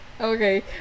Okay